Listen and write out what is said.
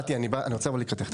מטי, אני רוצה לבוא לקראתך.